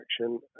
action